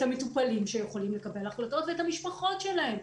את המטופלים שיכולים לקבל החלטות ואת המשפחות שלהם,